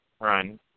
run